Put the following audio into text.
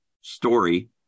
story